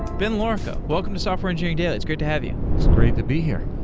ben lorica, welcome to software engineering daily. it's great to have you. it's great to be here.